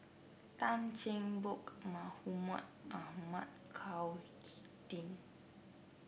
Tan Cheng Bock Mahmud Ahmad Chao HicK Tin